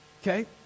Okay